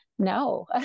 No